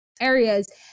areas